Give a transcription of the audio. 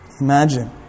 Imagine